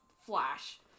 flash